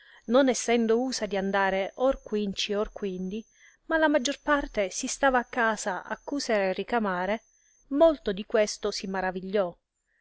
non essendo usa di andare or quinci or quindi ma la maggior parte si stava in casa a cusere e ricamare molto di questo si maravigliò